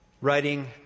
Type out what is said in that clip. writing